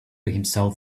himself